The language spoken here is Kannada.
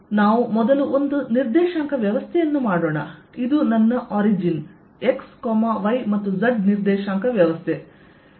ಆದ್ದರಿಂದ ನಾವು ಮೊದಲು ಒಂದು ನಿರ್ದೇಶಾಂಕ ವ್ಯವಸ್ಥೆಯನ್ನು ಮಾಡೋಣ ಇದು ನನ್ನ ಆರಿಜಿನ್ x y ಮತ್ತು z ನಿರ್ದೇಶಾಂಕ ವ್ಯವಸ್ಥೆ